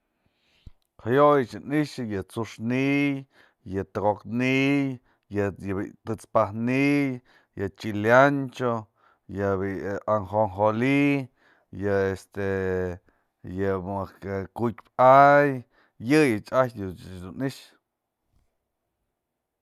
Jayo'oyëch ni'ixa yë tsu'ux ni'iy, tëko'ok ni'iy, yë bi'i të'ëts pajk ni'iy, yë chileancho, yëbi'i ajonjoli, yë este, yë mëjk ku'utpë a'ay yëyë ajtyë dun i'ixë.